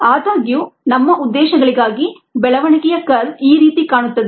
ಆದಾಗ್ಯೂ ನಮ್ಮ ಉದ್ದೇಶಗಳಿಗಾಗಿ ಬೆಳವಣಿಗೆಯ ಕರ್ವ್ ಈ ರೀತಿ ಕಾಣುತ್ತದೆ